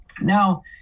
now